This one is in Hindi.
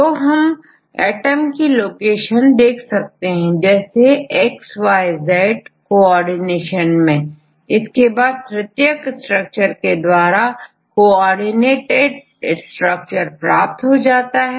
तो हम एटम की लोकेशन देख सकते हैं जैसेX Y Z कोऑर्डिनेशन मेंप्रत्येक रेसिड्यू के एटम के लोकेशन को देख सकते हैं फिर तृतीयक संरचना की असेंबली उसकी सब यूनिट्स भी देख सकते हैंइसके बाद तृतीयक स्ट्रक्चर के द्वारा कोऑर्डिनेट स्ट्रक्चर प्राप्त हो जाता है